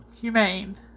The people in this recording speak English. humane